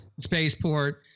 spaceport